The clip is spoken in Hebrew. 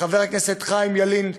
לחבר הכנסת חיים ילין,